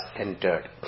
entered